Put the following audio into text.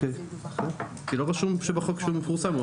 כי לא רשום בחוק שהוא מפורסם.